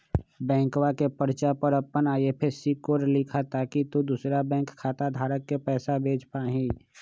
बैंकवा के पर्चा पर अपन आई.एफ.एस.सी कोड लिखा ताकि तु दुसरा बैंक खाता धारक के पैसा भेज पा हीं